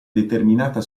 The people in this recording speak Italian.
determinata